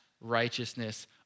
righteousness